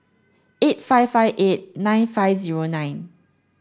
eight five five eight nine five zero nine